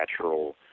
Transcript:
natural